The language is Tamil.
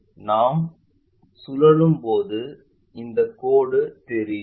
நாம் சுழலும் போது இந்த கோடு தெரியும்